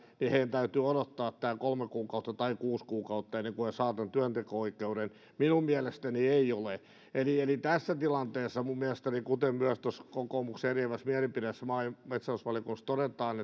täytyy odottaa tämä kolme kuukautta tai kuusi kuukautta ennen kuin he saavat tämän työnteko oikeuden minun mielestäni ei ole eli eli tässä tilanteessa minun mielestäni kuten myös tuossa kokoomuksen eriävässä mielipiteessä maa ja metsätalousvaliokunnassa todetaan